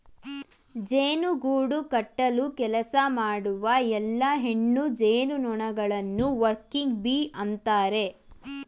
ಜೇನು ಗೂಡು ಕಟ್ಟಲು ಕೆಲಸ ಮಾಡುವ ಎಲ್ಲಾ ಹೆಣ್ಣು ಜೇನುನೊಣಗಳನ್ನು ವರ್ಕಿಂಗ್ ಬೀ ಅಂತರೆ